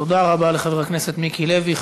תודה רבה לחבר הכנסת מיקי לוי.